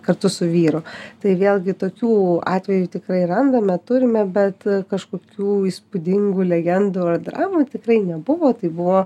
kartu su vyru tai vėlgi tokių atvejų tikrai randame turime bet kažkokių įspūdingų legendų ar dramų tikrai nebuvo tai buvo